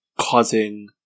causing